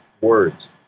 words